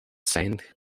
saint